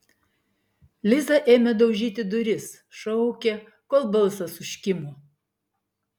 liza ėmė daužyti duris šaukė kol balsas užkimo